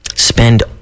spend